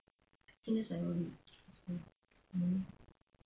last time mm